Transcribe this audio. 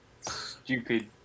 stupid